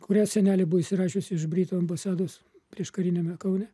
kurią senelė buvo išsirašiusi iš britų ambasados prieškariniame kaune